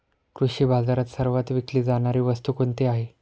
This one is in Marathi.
कृषी बाजारात सर्वात विकली जाणारी वस्तू कोणती आहे?